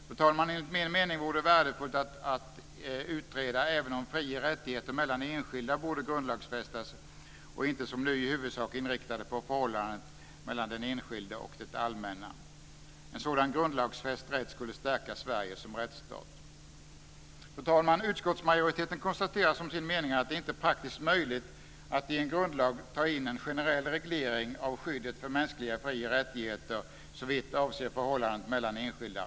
Fru talman! Enligt min mening vore det värdefullt att utreda även om fri och rättigheter mellan enskilda borde grundlagsfästas och inte som nu i huvudsak inriktas på förhållandet mellan den enskilde och det allmänna. En sådan grundlagsfäst rätt skulle stärka Sverige som rättsstat. Fru talman! Utskottsmajoriteten konstaterar att det inte är praktiskt möjligt att i en grundlag ta in en generell reglering av skyddet för mänskliga fri och rättigheter såvitt avser förhållandet mellan enskilda.